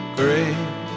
great